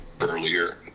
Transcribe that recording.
earlier